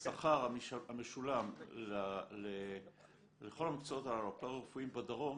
השכר המשולם לכל המקצועות הפרה-רפואיים בדרום,